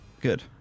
Good